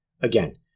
Again